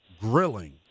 grilling